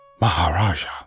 Maharaja